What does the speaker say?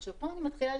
אבל אף אחד לא מתקצב.